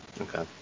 okay